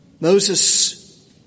Moses